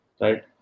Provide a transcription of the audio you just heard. Right